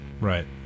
Right